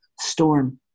storm